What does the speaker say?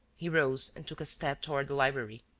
he rose and took a step toward the library.